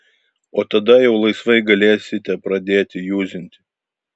o tada jau laisvai galėsite pradėti juzinti